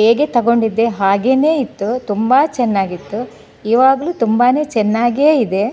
ಹೇಗೆ ತಗೊಂಡಿದ್ದೆ ಹಾಗೇ ಇತ್ತು ತುಂಬ ಚೆನ್ನಾಗಿತ್ತು ಇವಾಗಲು ತುಂಬಾ ಚೆನ್ನಾಗಿಯೇ ಇದೆ